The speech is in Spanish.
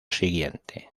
siguiente